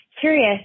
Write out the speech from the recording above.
curious